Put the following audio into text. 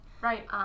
Right